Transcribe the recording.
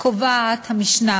קובעת המשנה